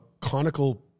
conical